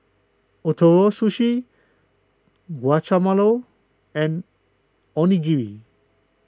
Ootoro Sushi Guacamole and Onigiri